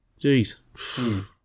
Jeez